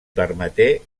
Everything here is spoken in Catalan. permeté